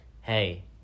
Hey